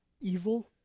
evil